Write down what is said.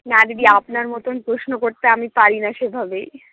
না দিদি আপনার মতোন প্রশ্ন করতে আমি পারিনা সেভাবে